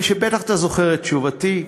בטח אתה זוכר את תשובתי.